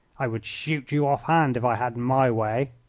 i would shoot you off-hand if i had my way.